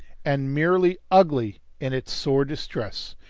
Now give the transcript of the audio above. and merely ugly in its sore distress,